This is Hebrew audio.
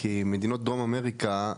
כי מדינות דרום אמריקה,